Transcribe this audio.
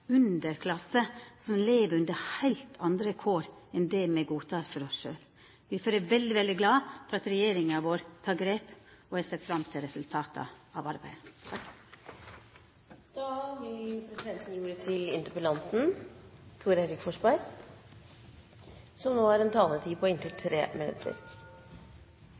underklasse som lever under heilt andre kår enn det me godtek for oss sjølve. Difor er eg veldig glad for at regjeringa vår tek grep, og eg ser fram til resultata av arbeidet.